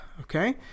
Okay